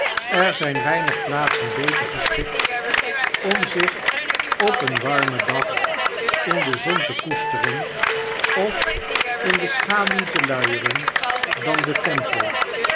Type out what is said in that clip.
er zijn weinig plaatsen beter geschikt om zich op een warmen dag in de zon te koesteren of in de schaduw te luieren dan de temp